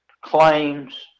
claims